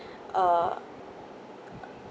uh